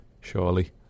surely